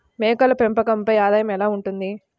మేకల పెంపకంపై ఆదాయం ఎలా ఉంటుంది?